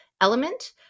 element